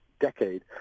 decade